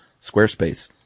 Squarespace